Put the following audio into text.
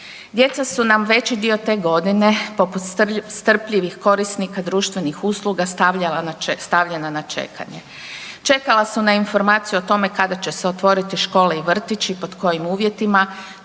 Djeca su nam veći dio te godine poput strpljivih korisnika društvenih usluga stavljena na čekanje. Čekala su na informacije o tome kada će se otvoriti škole i vrtići, pod kojim uvjetima,